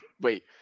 wait